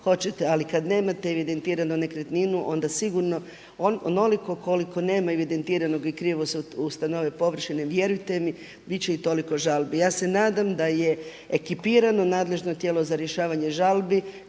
Ali kad nemate evidentirano nekretninu onda sigurno onoliko koliko nema evidentiranog i krivo se ustanovi površina, vjerujte mi bit će i toliko žalbi. Ja se nadam da je ekipirano nadležno tijelo za rješavanje žalbi.